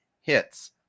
hits